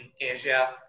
Asia